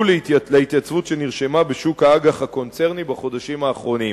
להתייצבות שנרשמה בשוק האג"ח הקונצרני בחודשים האחרונים.